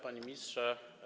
Panie Ministrze!